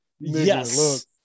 Yes